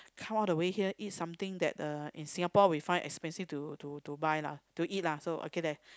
come all the way here eat something that uh in Singapore we find expensive to to to buy lah to eat lah so okay then